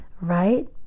Right